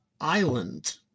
island